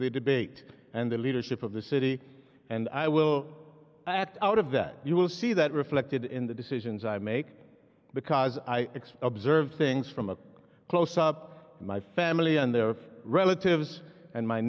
the debate and the leadership of the city and i will act out of that you will see that reflected in the decisions i make because i x observed things from a close up my family and their relatives and my